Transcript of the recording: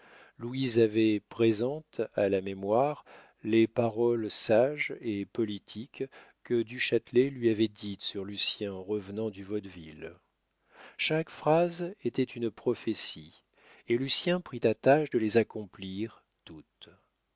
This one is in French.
louise avait présentes à la mémoire les paroles sages et politiques que du châtelet lui avait dites sur lucien en revenant du vaudeville chaque phrase était une prophétie et lucien prit à tâche de les accomplir toutes